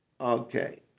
Okay